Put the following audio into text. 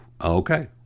okay